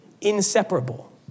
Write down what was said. inseparable